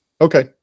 Okay